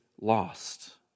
lost